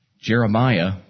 Jeremiah